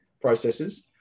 processes